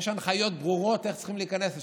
יש הנחיות ברורות איך צריך להיכנס לשם,